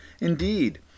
Indeed